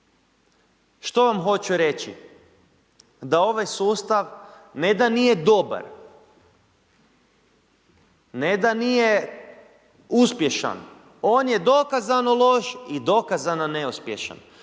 Što vam hoću reći? Da ovaj sustav ne da nije dobar, ne da nije uspješan, on je dokazano loš i dokazano neuspješan.